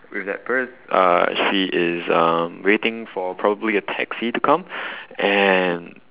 with that purse uh she is um waiting for probably a taxi to come and